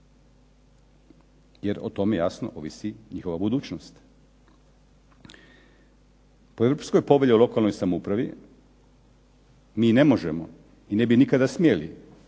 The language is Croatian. Jer o tome jasno ovisi njihova budućnost. Po Europskoj povelji o lokalnoj samoupravi mi ne možemo i ne bi nikada smjeli